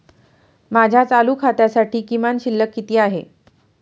माझ्या चालू खात्यासाठी किमान शिल्लक किती आहे?